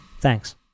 thanks